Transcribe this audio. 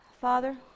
Father